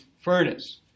furnace